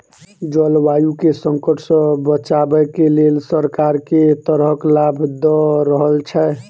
जलवायु केँ संकट सऽ बचाबै केँ लेल सरकार केँ तरहक लाभ दऽ रहल छै?